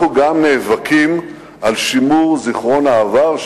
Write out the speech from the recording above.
אנחנו גם נאבקים על שימור זיכרון העבר,